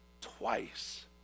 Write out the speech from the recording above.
twice